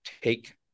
take